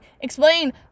explain